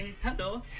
hello